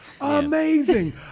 amazing